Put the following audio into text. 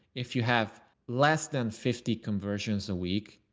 if you have less than fifty conversions a week.